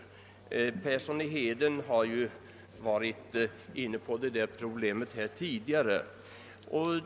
Herr Persson i Heden har ju varit inne på detta problem tidigare.